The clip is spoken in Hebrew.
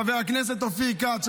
חבר הכנסת אופיר כץ.